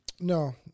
No